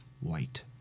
white